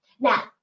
Now